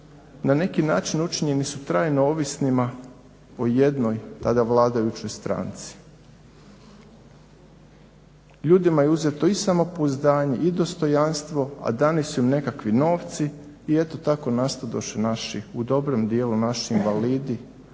na neki način učinjeni su trajno ovisnima o jednoj tada vladajućoj stranci. Ljudima je uzeto i samopouzdanje i dostojanstvo, a dani su im nekakvi novci i eto tako nastadoše naši u dobrom dijelu naši invalidi,